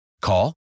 Call